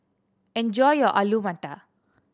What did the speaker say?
enjoy your Alu Matar